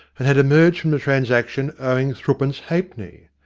and had emerged from the transaction owing threepence halfpenny.